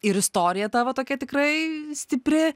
ir istorija tavo tokia tikrai stipri